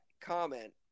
comment